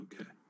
Okay